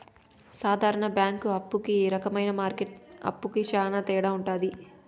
సాధారణ బ్యాంక్ అప్పు కి ఈ రకమైన మార్కెట్ అప్పుకి శ్యాన తేడా ఉంటది